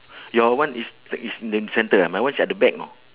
your one is tech~ is in the center my one's at the back you know